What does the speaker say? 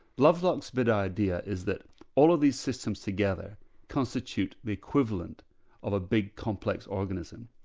lovelock's big idea is that all of these systems together constitute the equivalent of a big, complex organism,